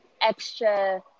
extra